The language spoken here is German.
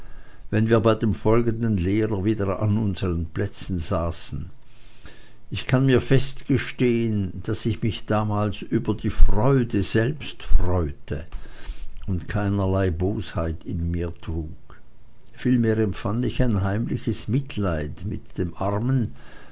wenn wir bei dem folgenden lehrer wieder an unseren plätzen saßen ich kann mir fest gestehen daß ich mich damals über die freude selbst freute und keinerlei bosheit in mir trug vielmehr empfand ich ein heimliches mitleid mit dem armen